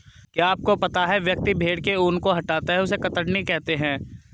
क्या आपको पता है व्यक्ति भेड़ के ऊन को हटाता है उसे कतरनी कहते है?